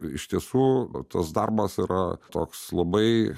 iš tiesų tas darbas yra toks labai